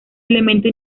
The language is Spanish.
elemento